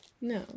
No